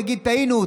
תגידו: טעינו.